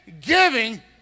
giving